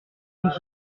nous